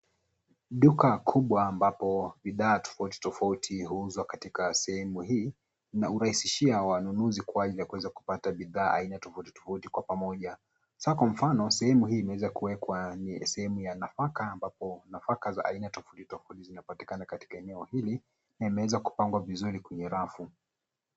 Duka kubwa ambapo bidhaa tofauti tofauti huuzwa katika sehemu hii na hurahisishia wanunuzi kuweza kupata bidhaa aina tofauti tofauti kwa pamoja. Sasa kwa mfano sehemu hii imeweza kuwekwa sehemu za nafaka ambapo nafaka za aina tofauti tofauti zinapatikana katika eneo hii na imeweza kupangwa vizuri kwenye rafu.